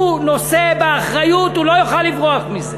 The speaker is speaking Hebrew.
הוא נושא באחריות, הוא לא יוכל לברוח מזה.